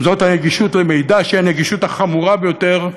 זאת הנגישות של מידע, שהיא הנגישות החמורה ביותר,